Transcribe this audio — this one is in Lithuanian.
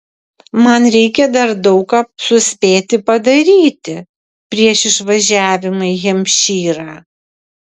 man reikia dar daug ką suspėti padaryti prieš išvažiavimą į hempšyrą